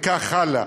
וכך הלאה.